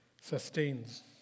sustains